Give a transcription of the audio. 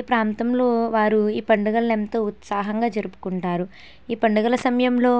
ఈ ప్రాంతంలో వారు ఈ పండుగల్నెంతో ఉత్సాహంగా జరుపుకుంటారు ఈ పండుగల సమయంలో